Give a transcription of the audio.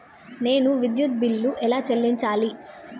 నేను విద్యుత్ బిల్లు ఎలా చెల్లించాలి?